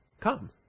come